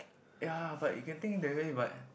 ya but you can think that way but